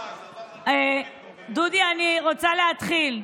דודי, אני רוצה להתחיל.